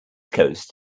coast